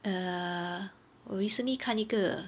err 我 recently 看一个